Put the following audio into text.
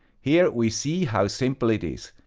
here we see how simple it is.